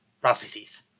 processes